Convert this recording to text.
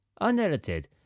Unedited